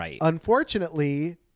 unfortunately